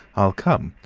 i'll come.